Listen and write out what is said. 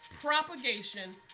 propagation